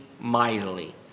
mightily